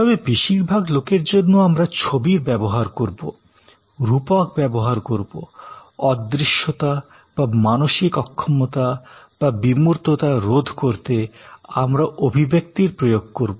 তবে বেশিরভাগ লোকের জন্য আমরা ছবির ব্যবহার করব রূপক ব্যবহার করব অদৃশ্যতা বা মানসিক অক্ষমতা বা বিমূর্ততা রোধ করতে আমরা অভিব্যক্তির প্রয়োগ করব